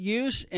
use